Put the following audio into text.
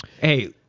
Hey